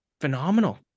phenomenal